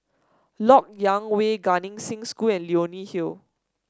LoK Yang Way Gan Eng Seng School and Leonie Hill